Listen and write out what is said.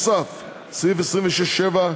סעיף 26(7),